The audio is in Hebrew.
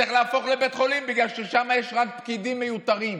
צריך להפוך לבית חולים בגלל ששם יש רק פקידים מיותרים.